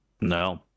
No